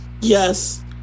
Yes